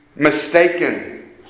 Mistaken